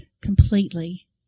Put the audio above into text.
completely